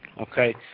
okay